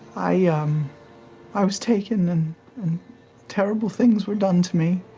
i um i was taken and terrible things were done to me,